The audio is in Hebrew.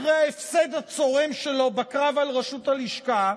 אחרי ההפסד הצורם שלו בקרב על ראשות הלשכה.